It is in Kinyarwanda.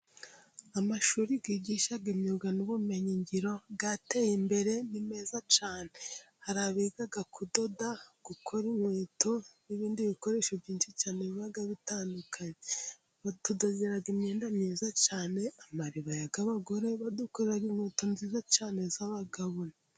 Amashuri yigisha imyuga n'ubumenyi ngiro yateye imbere, ni meza cyane, hari abiga kudoda, gukora inkweto n'ibindi bikoresho byinshi cyane biba bitandukanye, batudodera imyenda myiza cyane, amaribaya y'abagore, badukorera inkweto nziza cyane z'abagabo.